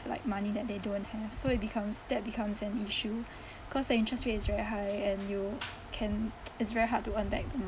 like money that they don't have so it becomes that becomes an issue cause the interest rate is very high and you can it's very hard to earn back the money